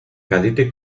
cadete